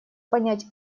понять